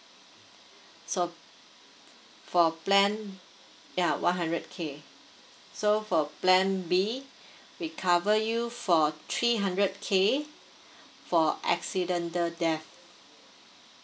so for plan yeah one hundred K so for plan B we cover you for three hundred K for accidental death